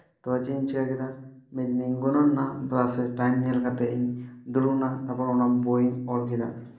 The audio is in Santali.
ᱛᱚ ᱪᱮᱫ ᱤᱧ ᱪᱤᱠᱟᱹ ᱠᱮᱫᱟ ᱡᱮ ᱤᱧᱤᱧ ᱜᱩᱱᱟᱹᱱᱮᱱᱟ ᱛᱷᱚᱲᱟ ᱥᱟᱭ ᱴᱟᱭᱤᱢ ᱧᱮᱞ ᱠᱟᱛᱮᱫ ᱤᱧ ᱫᱩᱲᱩᱵᱮᱱᱟ ᱛᱟᱨᱯᱚᱨ ᱚᱱᱟ ᱵᱳᱭᱤᱧ ᱚᱞ ᱠᱮᱫᱟ